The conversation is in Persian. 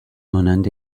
مانند